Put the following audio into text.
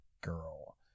girl